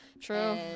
True